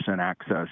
access